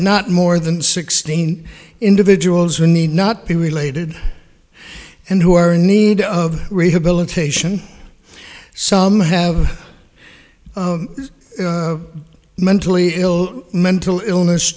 not more than sixteen individuals who need not be related and who are in need of rehabilitation some have mentally ill mental illness